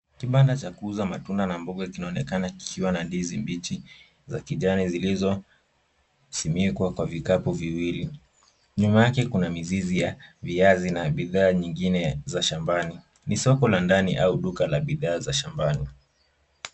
Kibanda cha kuuza matunda na mboga kinaonekana kikiwa na ndizi mbichi, za kijani zilizosimikwa kwa vikapu viwili. Nyuma yake kuna mizizi ya viazi na bidhaa nyingine za shambani. Ni soko la ndani au duka la bidhaa za shambani.